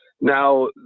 now